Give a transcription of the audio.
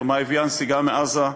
ומה הביאה הנסיגה מעזה,